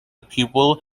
pupil